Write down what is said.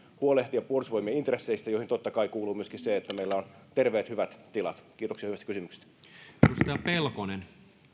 huolehtia puolustusvoimien intresseistä joihin totta kai kuuluu myöskin se että meillä on terveet hyvät tilat kiitoksia hyvästä kysymyksestä edustaja pelkonen